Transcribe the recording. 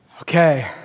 Okay